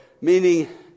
Meaning